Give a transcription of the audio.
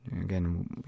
again